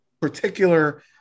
particular –